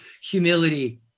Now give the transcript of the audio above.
Humility